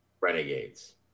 Renegades